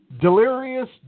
Delirious